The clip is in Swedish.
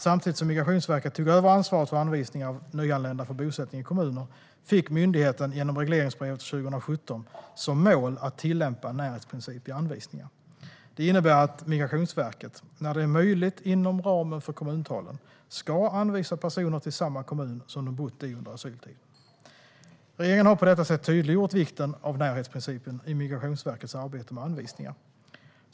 Samtidigt som Migrationsverket tog över ansvaret för anvisningar av nyanlända för bosättning i kommuner fick myndigheten genom regleringsbrevet för 2017 som mål att tillämpa en närhetsprincip vid anvisningar. Det innebär att Migrationsverket, när det är möjligt inom ramen för kommuntalen, ska anvisa personer till samma kommun som de bott i under asyltiden. Regeringen har på detta sätt tydliggjort vikten av närhetsprincipen i Migrationsverkets arbete med anvisningar.